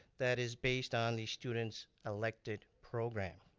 that is based on the student's elected program.